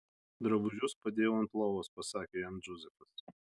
drabužius padėjau ant lovos pasakė jam džozefas